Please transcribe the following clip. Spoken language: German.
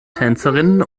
tänzerinnen